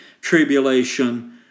Tribulation